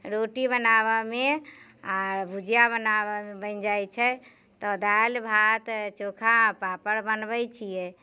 रोटी बनाबयमे आ भुजिया बनाबयमे बनि जाइत छै तऽ दालि भात चोखा आ पापड़ बनबैत छियै